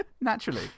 naturally